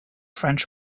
french